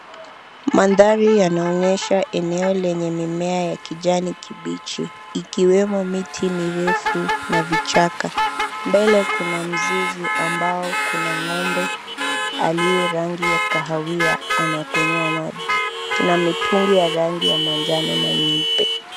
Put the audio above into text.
Mandhari yanaonyesha eneo lenye mimea ya kijani kibichi, ikiwemo miti mirefu na vichaka. Mbele kuna mzizi ambao kuna ng'ombe aliye rangi ya kahawia anakunywa maji. Kuna mitungi ya rangi ya manjano na nyeupe.